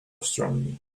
astronomy